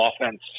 offense